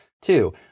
Two